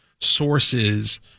sources